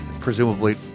presumably